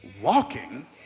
walking